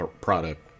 product